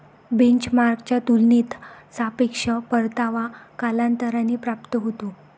बेंचमार्कच्या तुलनेत सापेक्ष परतावा कालांतराने प्राप्त होतो